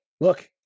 Look